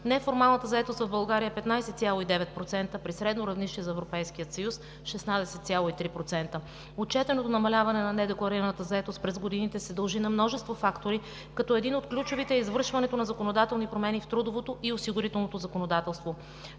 Неформалната заетост в България е 15,9%, при средно равнище за Европейския съюз 16,3%. Отчетеното намаляване на недекларираната заетост през годините се дължи на множество фактори, като един от ключовите е извършването на законодателни промени в трудовото и осигурителното законодателство.